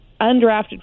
undrafted